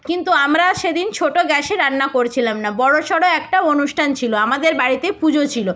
কিন্তু আমরা সেদিন ছোটো গ্যাসে রান্না করছিলাম না বড়ো সড়ো একটা অনুষ্ঠান ছিলো আমাদের বাড়িতে পুজো ছিলো